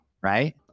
Right